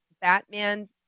Batman